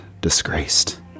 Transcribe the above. disgraced